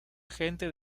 gentes